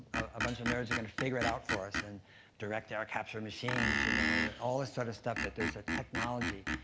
a bunch of nerds are gonna figure it out for us and direct our capture machines, you know all this sort of stuff, that there's a technology.